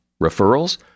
Referrals